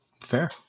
fair